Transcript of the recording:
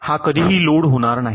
हा वाय कधीही लोड होणार नाही